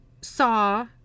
saw